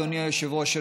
אדוני היושב-ראש,